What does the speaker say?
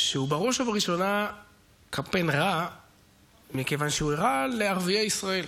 שהוא בראש ובראשונה קמפיין רע מכיוון שהוא רע לערביי ישראל.